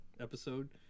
episode